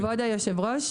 כבוד היושב-ראש,